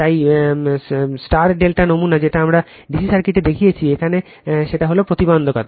তাই Y ∆ নমুনা যেটা আমরা ডিসি সার্কিটে দেখিয়েছি এখানে সেটা হল প্রতিবন্ধকতা